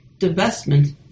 Divestment